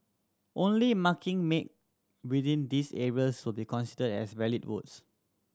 only marking made within these areas will be considered as valid votes